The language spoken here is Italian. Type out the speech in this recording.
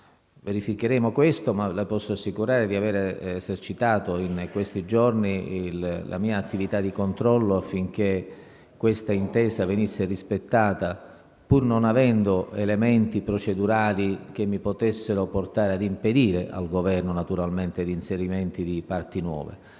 Verificheremo questo, ma le posso assicurare di aver esercitato in questi giorni la mia attività di controllo affinché questa intesa venisse rispettata, pur non avendo naturalmente elementi procedurali che mi potessero portare ad impedire al Governo l'inserimento di parti nuove.